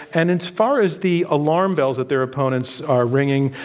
and as far as the alarm bells that their opponents are ringing,